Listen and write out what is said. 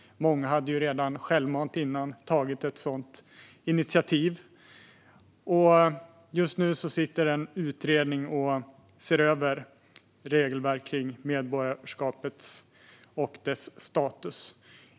Många hade redan självmant tagit ett sådant initiativ. Just nu sitter en utredning och ser över regelverk kring medborgarskapet och dess status.